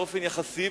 באופן יחסי,